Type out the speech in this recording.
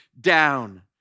down